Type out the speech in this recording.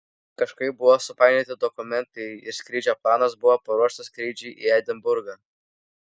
kažkaip buvo supainioti dokumentai ir skrydžio planas buvo paruoštas skrydžiui į edinburgą